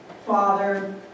father